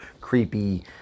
creepy